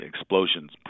explosions